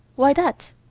why that?